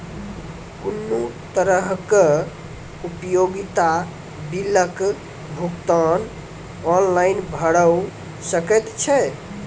कुनू तरहक उपयोगिता बिलक भुगतान ऑनलाइन भऽ सकैत छै?